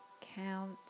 Count